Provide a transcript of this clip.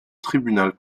tribunal